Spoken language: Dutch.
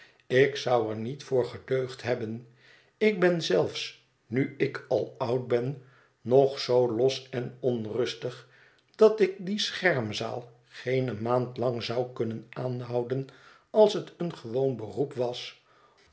ik zou er niet voor gedeugd hebben ik ben zelfs nu ik al oud ben nog zoo los en onrustig dat ik die schermzaal geene maand lang zou kunnen aanhouden als het een gewoon beroep was